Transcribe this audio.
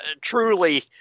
truly